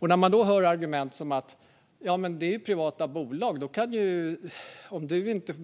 Då hör man argument som: Det är ju privata bolag. Om du inte